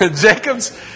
Jacob's